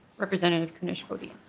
representative kunesh-podein